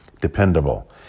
dependable